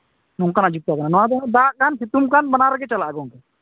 ᱱᱚᱝᱠᱟᱱᱟᱜ ᱡᱩᱛᱟᱹ ᱠᱟᱱᱟ ᱱᱚᱣᱟ ᱫᱚ ᱫᱟᱜ ᱠᱟᱱ ᱥᱤᱛᱩᱝ ᱠᱟᱱ ᱵᱟᱱᱟᱨ ᱨᱮᱜᱮ ᱪᱟᱞᱟᱜᱼᱟ ᱜᱚᱝᱠᱮ